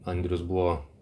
andrius buvo